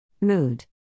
Mood